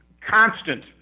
constant